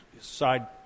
side